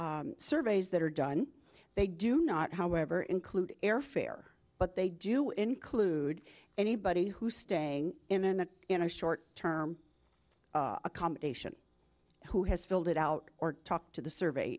surveys that are done they do not however include airfare but they do include anybody who's staying in an in a short term accommodation who has filled it out or talk to the survey